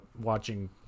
watching